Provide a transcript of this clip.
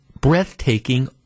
breathtaking